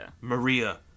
Maria